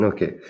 Okay